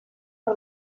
per